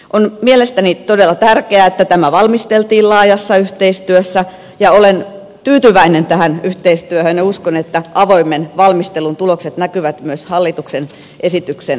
on mielestäni todella tärkeää että tämä valmisteltiin laajassa yhteistyössä ja olen tyytyväinen tähän yhteistyöhön ja uskon että avoimen valmistelun tulokset näkyvät myös hallituksen esityksen sisällössä